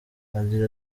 agira